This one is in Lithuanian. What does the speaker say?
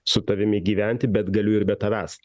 su tavimi gyventi bet galiu ir be tavęs